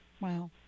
Wow